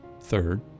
Third